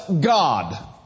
God